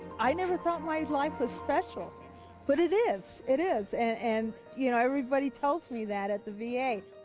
i never thought my life was special but it is. it is. and you know everybody tells me that at the va.